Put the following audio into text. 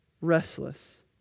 restless